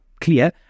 clear